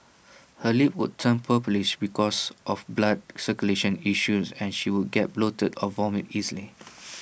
her lips would turn purplish because of blood circulation issues and she would get bloated or vomit easily